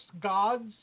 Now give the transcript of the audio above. gods